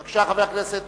בבקשה, חבר הכנסת